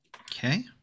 Okay